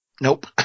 Nope